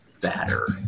batter